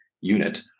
unit